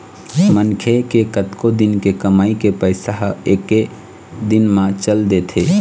मनखे के कतको दिन के कमई के पइसा ह एके दिन म चल देथे